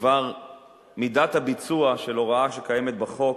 בדבר מידת הביצוע של הוראה שקיימת בחוק